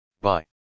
Bye